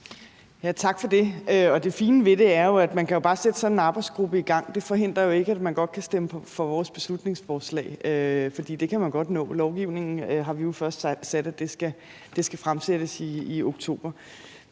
Tak for det. Og det fine ved det er, at man bare kan sætte sådan en arbejdsgruppe i gang; det forhindrer jo ikke, at man godt kan stemme for vores beslutningsforslag – for det kan man godt nå. Lovgivningen er i forslaget sat til først at skulle fremlægges i oktober.